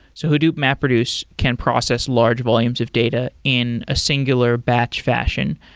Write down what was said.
so hadoop mapreduce can process large volumes of data in a singular batch fashion.